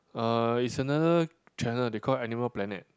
uh is another channel they call it animal planet